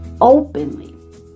openly